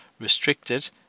restricted